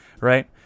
right